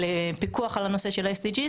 לפיקוח על הנושא של ה-SDG.